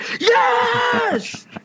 Yes